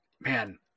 man